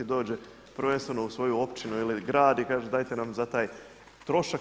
Dođe prvenstveno u svoju općinu ili grad i kaže dajte nam za taj trošak.